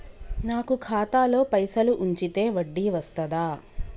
నాకు ఖాతాలో పైసలు ఉంచితే వడ్డీ వస్తదా?